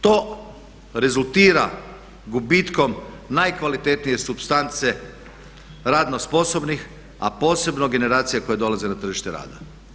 To rezultira gubitkom najkvalitetnije supstance radno sposobnih, a posebno generacija koje dolaze na tržište rada.